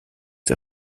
der